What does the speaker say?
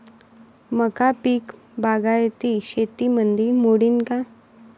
मका पीक बागायती शेतीमंदी मोडीन का?